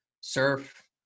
surf